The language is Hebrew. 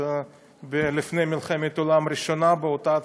לפני מלחמת העולם הראשונה באותה הצלחה.